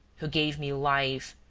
who gave me life,